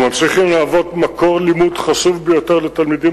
וממשיכים להוות מקור לימוד חשוב ביותר לתלמידים